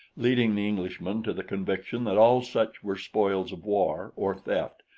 leading the englishman to the conviction that all such were spoils of war or theft,